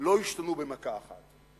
לא השתנו במכה אחת.